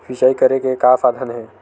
सिंचाई करे के का साधन हे?